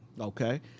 Okay